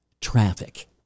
traffic